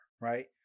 right